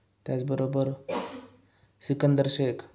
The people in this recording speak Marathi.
त्याचबरोबर सिकंदर शेख